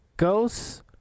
Ghosts